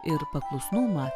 ir paklusnumą